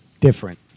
different